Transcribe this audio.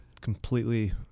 completely